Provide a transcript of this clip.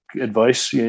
advice